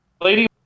Lady